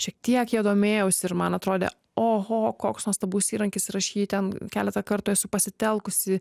šiek tiek ja domėjaus ir man atrodė oho koks nuostabus įrankis ir aš jį ten keletą kartų esu pasitelkusi